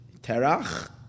Terach